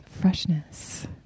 freshness